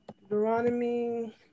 Deuteronomy